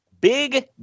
Big